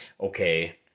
okay